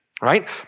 Right